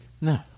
No